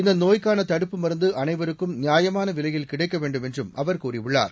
இந்தநோய்க்கானதடுப்பு மருந்துஅனைவருக்கும் நியாயமானவிலையில் கிடைக்கவேண்டும் என்றும் அவர் கூறியுள்ளார்